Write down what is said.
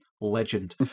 Legend